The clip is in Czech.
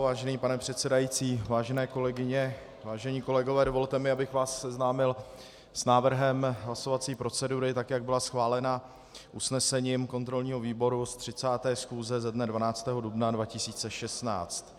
Vážený pane předsedající, vážené kolegyně, vážení kolegové, dovolte mi, abych vás seznámil s návrhem hlasovací procedury, tak jak byla schválena usnesením kontrolního výboru z 30. schůze ze dne 12. dubna 2016.